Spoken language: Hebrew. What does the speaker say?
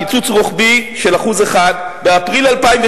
קיצוץ רוחבי של 1%; באפריל 2002,